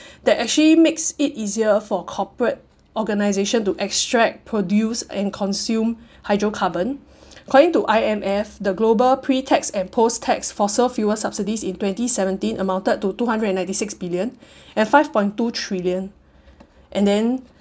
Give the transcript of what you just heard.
that actually makes it easier for corporate organisation to extract produce and consume hydrocarbon according to I_M_F the global pre-tax and post-tax fossil fuel subsidies in twenty seventeen amounted to two hundred and ninety six billion and five point two trillion and then